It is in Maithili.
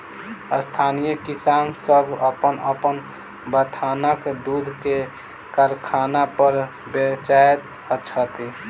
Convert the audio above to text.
स्थानीय किसान सभ अपन अपन बथानक दूध के कारखाना पर बेचैत छथि